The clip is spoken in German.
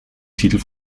titel